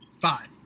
Five